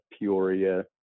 Peoria